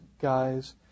guys